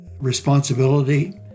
responsibility